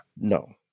no